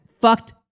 fucked